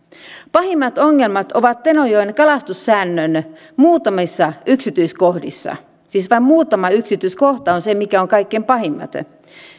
pahimmat ongelmat ovat tenojoen kalastussäännön muutamissa yksityiskohdissa siis vain muutamassa yksityiskohdassa on ne mitkä ovat kaikkein pahimmat ne